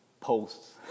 posts